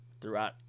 throughout